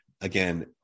Again